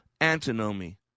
Antinomy